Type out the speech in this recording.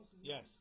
Yes